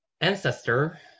ancestor